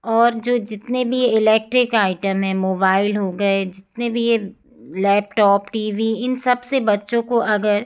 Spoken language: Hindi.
और जो जितने भी इलेक्ट्रिक आइटम है मोबाइल हो गए जितने भी ये लैपटॉप टी वी इन सब से बच्चो को अगर